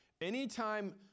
Anytime